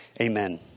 Amen